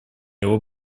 его